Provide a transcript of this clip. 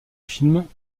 films